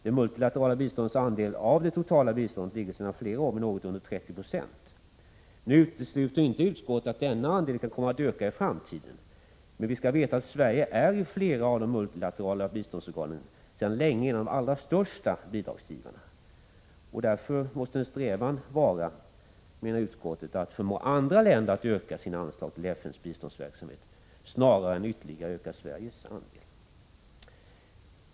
Det multilaterala biståndets andel av det totala biståndet ligger sedan flera år vid något under 30 26. Nu utesluter inte utskottet att denna andel kan komma att öka i framtiden, men vi skall veta att Sverige i flera av de multilaterala biståndsorganen sedan länge är en av de allra största bidragsgivarna. En strävan måste därför vara, menar utskottet, att förmå andra länder att öka sina anslag till FN:s biståndsverksamhet snarare än att ytterligare öka Sveriges andel.